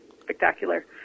spectacular